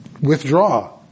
Withdraw